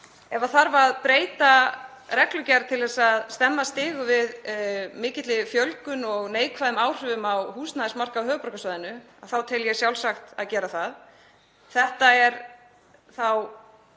Ef það þarf að breyta reglugerð til að stemma stigu við mikilli fjölgun og neikvæðum áhrifum á húsnæðismarkað á höfuðborgarsvæðinu tel ég sjálfsagt að gera það. Þetta er þá